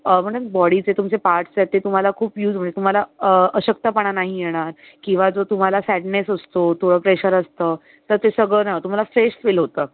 म्हणून बॉडीचे तुमचे पार्ट्स आहेत ते तुम्हाला खूप युज होईल तुम्हाला अशक्तपणा नाही येणार किंवा जो तुम्हाला सॅडनेस असतो थोडं प्रेशर असतं तर ते सगळं नाही होणार फ्रेश फील होतं